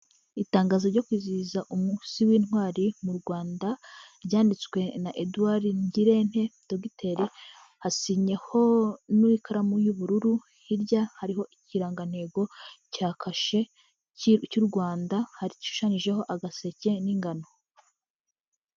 Itangazo ryo kwizihiza umunsi w'intwari mu Rwanda, ryanditswe na Eduard Ngirente dogiteri, asinyeho n'ikaramu y'ubururu, hirya hariho ikirangantego cya kashe cy'u Rwanda, hashushanyijeho agaseke n'ingano.